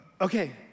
okay